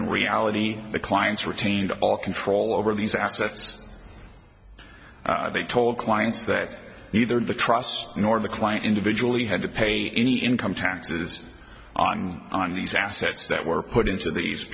in reality the clients retained all control over these assets they told clients that neither the trust nor the client individually had to pay any income taxes on on these assets that were put into these